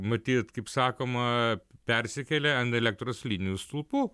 matyt kaip sakoma persikėlė ant elektros linijų stulpų